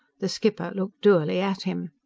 the skipper looked dourly at him.